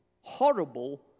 horrible